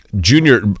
junior